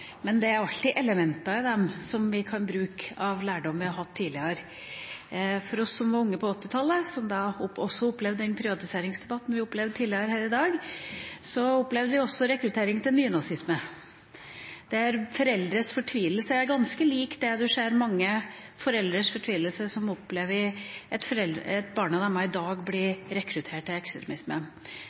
men det er alltid elementer i dem der vi kan bruke lærdom vi har fra tidligere. Vi som var unge på 1980-tallet – som også opplevde den privatiseringsdebatten vi hadde tidligere her i dag – opplevde også rekruttering til nynazisme, der foreldrenes fortvilelse var ganske lik den fortvilelsen mange foreldre har i dag, som opplever at barna deres blir rekruttert til ekstremisme. Jeg syns at